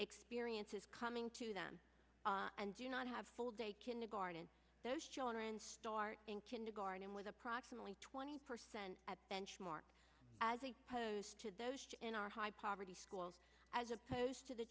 experience is coming to them and do not have full day kindergarten those children start in kindergarten with approximately twenty percent at benchmark as they pose to those in our high poverty schools as opposed to the